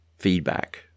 feedback